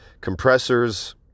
compressors